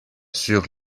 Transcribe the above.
sur